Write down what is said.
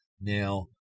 now